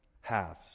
halves